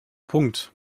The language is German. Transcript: punkt